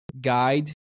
guide